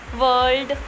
world